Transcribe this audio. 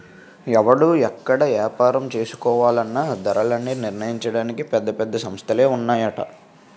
ఎవడు ఎక్కడ ఏపారం చేసుకోవాలన్నా ధరలన్నీ నిర్ణయించడానికి పెద్ద పెద్ద సంస్థలే ఉన్నాయట